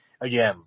again